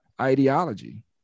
ideology